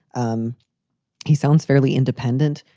um he sounds fairly independent.